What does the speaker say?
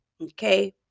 okay